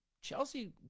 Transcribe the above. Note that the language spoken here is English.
Chelsea